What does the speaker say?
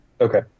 Okay